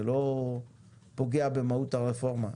זה לא פוגע במהות הרפורמה.